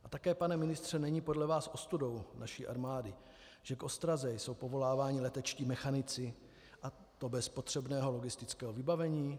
A také, pane ministře, není podle vás ostudou naší armády, že k ostraze jsou povoláváni letečtí mechanici, a to bez potřebného logistického vybavení?